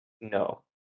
No